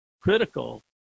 critical